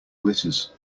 glitters